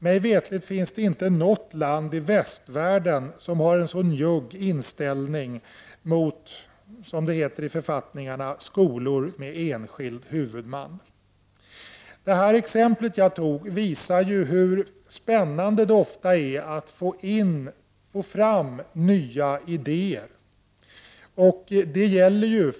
Mig veterligen finns det inte något land i västvärlden som har en sådan njugg inställning till, som det heter i författningarna, skolor med enskild huvudman. Det exempel jag nämnde visar hur spännande det ofta är att få fram nya idéer.